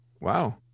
Wow